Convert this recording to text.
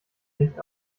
nicht